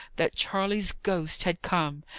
that charley's ghost had come,